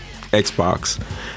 Xbox